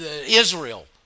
Israel